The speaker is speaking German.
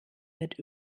wird